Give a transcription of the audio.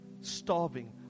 starving